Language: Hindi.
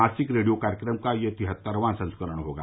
मासिक रेडियो कार्यक्रम का यह तिहत्तरवां संस्करण होगा